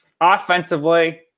Offensively